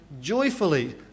joyfully